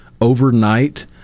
overnight